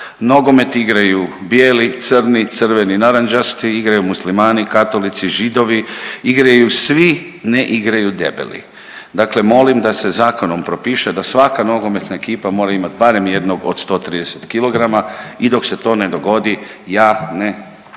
nogomet igraju bijeli, crni, crveni, narančasti, igraju muslimani, katolici i židovi, igraju svi, ne igraju debeli, dakle molim da se zakonom propiše da svaka nogometna ekipa mora imat barem jednog od 130 kg i dok se to ne dogodi ja ne silazim